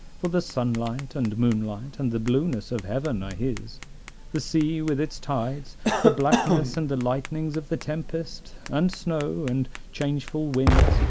for the sunlight and moonlight and the blueness of heaven are his the sea with its tides the blackness and the lightnings of the tempest, and snow, and changeful winds,